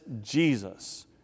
Jesus